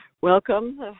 Welcome